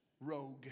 rogue